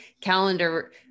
calendar